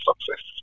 success